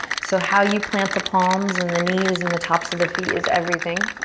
so how you plant the palms and the knees and the tops of the feet is everything.